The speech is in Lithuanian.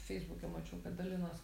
feisbuke mačiau kad dalinos